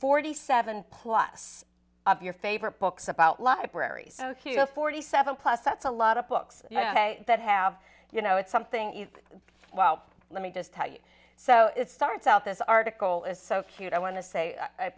forty seven plus of your favorite books about libraries so if you go forty seven plus that's a lot of books that have you know it's something you well let me just tell you so it starts out this article is so cute i want to say i